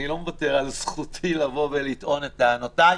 אני לא מוותר על זכותי לבוא ולטעון את טענותיי.